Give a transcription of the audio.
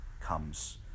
comes